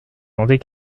tenter